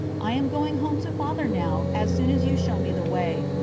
i am going home to father now, as soon as you show me the way.